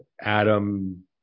Adam